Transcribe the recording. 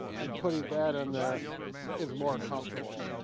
and putting that in there is more comfortable.